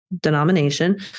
denomination